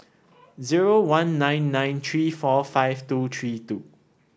zero one nine nine three four five two three two